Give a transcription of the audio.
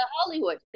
hollywood